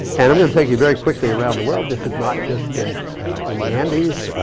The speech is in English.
and i'm gonna take you very quickly around the world. this is not just and in the andes.